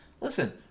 Listen